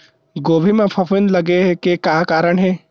गोभी म फफूंद लगे के का कारण हे?